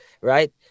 right